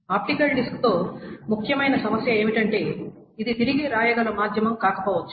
optical disc తో ముఖ్యమైన సమస్య ఏమిటంటే ఇది తిరిగి వ్రాయగల మాధ్యమం కాకపోవచ్చు